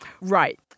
Right